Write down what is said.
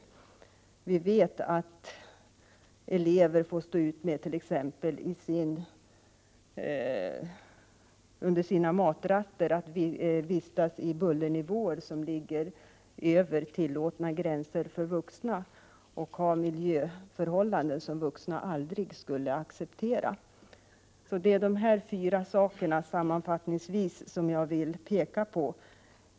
Vi vet att elever t.ex. under sina matraster får stå ut med att vistas i miljöer med bullernivåer som ligger över gränsen för vad som är tillåtet för vuxna och att de har miljöförhållanden som vuxna aldrig skulle acceptera. Sammanfattningsvis vill jag peka på dessa fyra saker: 1.